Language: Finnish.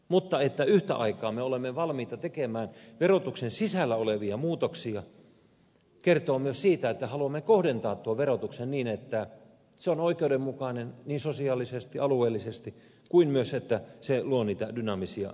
mutta se että me olemme yhtä aikaa valmiita tekemään verotuksen sisällä olevia muutoksia kertoo myös siitä että haluamme kohdentaa tuon verotuksen niin että se on oikeudenmukainen sosiaalisesti ja alueellisesti ja myös luo niitä dynaamisia vaikutuksia